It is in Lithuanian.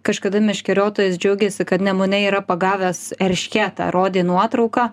kažkada meškeriotojas džiaugėsi kad nemune yra pagavęs eršketą rodė nuotrauką